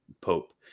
Pope